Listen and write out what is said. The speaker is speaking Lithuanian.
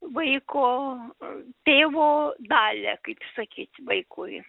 vaiko tėvo dalią kaip sakyt vaikui